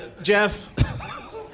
Jeff